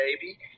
baby